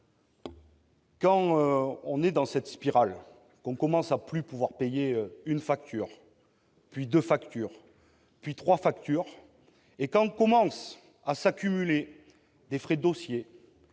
quand on est dans cette spirale, que l'on commence à ne plus pouvoir payer une facture, puis deux factures, puis trois, et quand commencent à s'accumuler des frais de dossier,